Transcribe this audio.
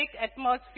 atmosphere